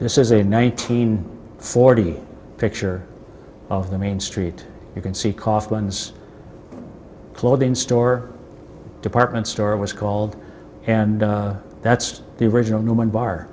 this is a nineteen forty picture of the main street you can see kaufman's clothing store department store was called and that's the original no